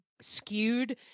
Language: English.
skewed